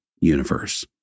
universe